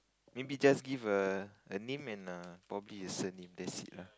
maybe just give a a name and a boogie listen that's it lah